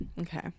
Okay